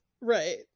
Right